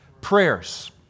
Prayers